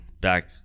back